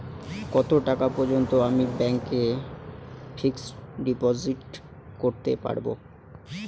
কত টাকা পর্যন্ত আমি ব্যাংক এ ফিক্সড ডিপোজিট করতে পারবো?